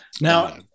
now